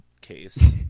case